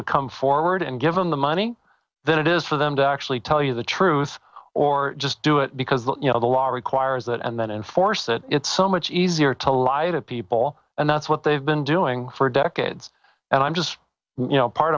to come forward and give them the money than it is for them to actually tell you the truth or just do it because you know the law requires that and then enforce it it's so much easier to lie to people and that's what they've been doing for decades and i'm just you know part